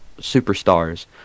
superstars